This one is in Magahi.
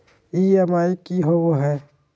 ई.एम.आई की होवे है?